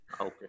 Okay